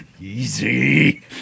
Easy